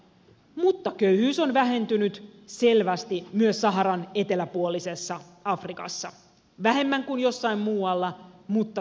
mutta köyhyys on vähentynyt sel västi myös saharan eteläpuolisessa afrikassa vähemmän kuin jossain muualla mutta selvästi